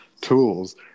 tools